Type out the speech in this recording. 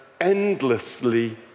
endlessly